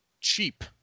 cheap